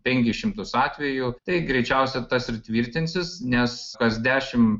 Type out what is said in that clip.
penkis šimtus atvejų tai greičiausia tas ir tvirtinsis nes kas dešimt